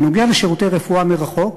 בנושא שירותי רפואה מרחוק,